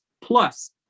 plus